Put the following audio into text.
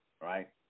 right